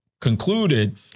concluded